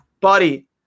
buddy